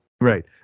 Right